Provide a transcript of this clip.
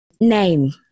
Name